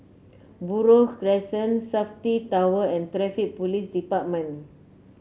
Buroh Crescent Safti Tower and Traffic Police Department